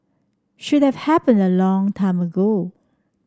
should have happen a long time ago